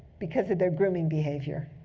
because of their grooming behavior.